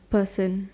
person